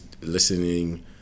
listening